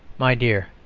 my dear